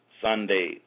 Sunday